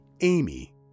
Amy